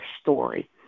story